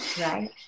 Right